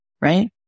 right